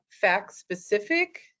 fact-specific